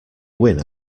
win